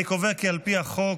אני קובע כי על פי החוק,